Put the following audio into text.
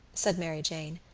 said mary jane,